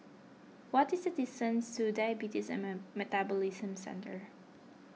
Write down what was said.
what is the distance to Diabetes and Metabolism Centre